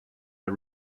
but